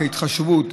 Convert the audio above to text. כהתחשבות,